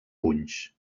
punys